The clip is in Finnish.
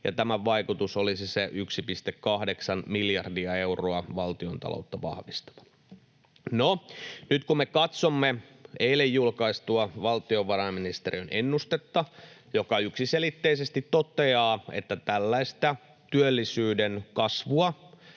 ja tämän vaikutus olisi se 1,8 miljardia euroa valtiontaloutta vahvistava. No, nyt kun me katsomme eilen julkaistua valtiovarainministeriön ennustetta, se yksiselitteisesti toteaa, että tällaista työllisyyden kasvua